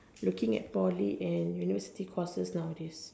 looking at Poly and university courses nowadays